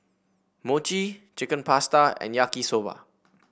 Mochi Chicken Pasta and Yaki Soba